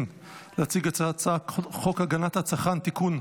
להציג את הצעת חוק הגנת הצרכן (תיקון,